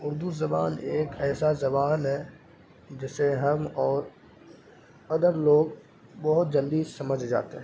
اردو زبان ایک ایسا زبان ہے جسے ہم اور ادر لوگ بہت جلدی سمجھ جاتے ہیں